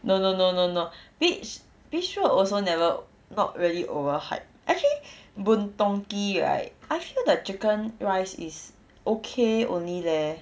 no no no no no beach beach road also never not really over hype actually boon tong kee right I feel the chicken rice is okay only leh